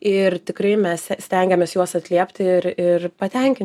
ir tikrai mes stengiamės juos atliepti ir ir patenkinti